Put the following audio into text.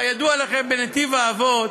כידוע לכם, בנתיב-האבות,